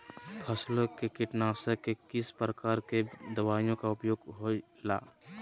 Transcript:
फसलों के कीटनाशक के किस प्रकार के दवाइयों का उपयोग हो ला?